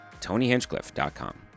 TonyHinchcliffe.com